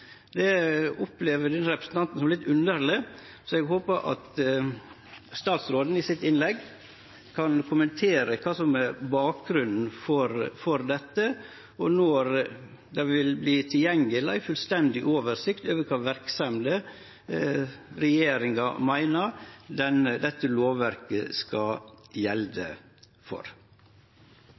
Det opplever denne representanten som litt underleg. Eg håpar at statsråden kan kommentere i innlegget sitt kva som er bakgrunnen for dette, og når det vil verte tilgjengeleg ei fullstendig oversikt over kva verksemder regjeringa meiner dette lovverket skal gjelde for.